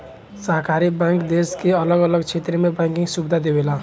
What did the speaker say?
सहकारी बैंक देश के अलग अलग क्षेत्र में बैंकिंग सुविधा देवेला